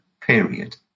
period